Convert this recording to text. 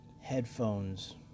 headphones